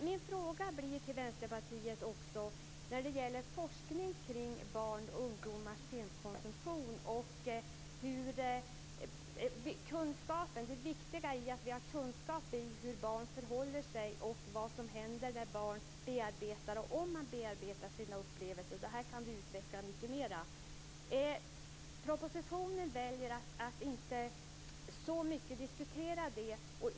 Min fråga till Vänsterpartiet gäller forskning kring barn och ungdomars filmkonsumtion och vikten av att vi har kunskap om hur barn förhåller sig till film och vad som händer när och om barn bearbetar sina upplevelser. Detta kan vi utveckla mycket mera. Regeringen väljer att inte diskutera det så mycket i propositionen.